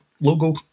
logo